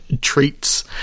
treats